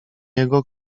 jego